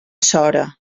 sora